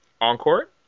Encore